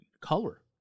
color